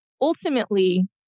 ultimately